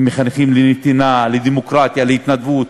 מחנכים לנתינה, לדמוקרטיה, להתנדבות.